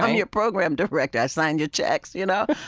i'm your program director. i sign your checks, you know.